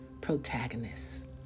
protagonists